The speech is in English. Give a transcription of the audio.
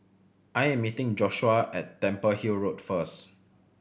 I am meeting Joshuah at Temple Hill Road first